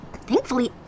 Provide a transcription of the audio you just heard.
thankfully